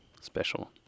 special